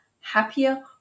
happier